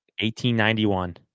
1891